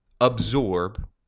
absorb